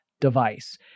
device